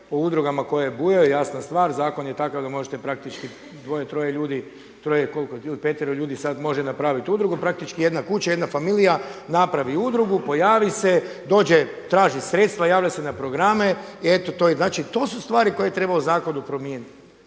o udrugama koje bujaju. Jasna stvar, zakon je takav da možete praktički dvoje, troje ljudi, troje, koliko, ili petero ljudi sada može napraviti udrugu, praktički jedna kuća, jedna familija napravi udrugu, pojavi se, dođe, traži sredstva, javlja se na programe i eto to je. Znači to su stvari koje treba u zakonu promijeniti.